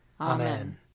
Amen